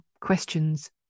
questions